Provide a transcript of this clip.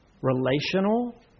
relational